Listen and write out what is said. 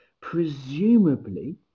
presumably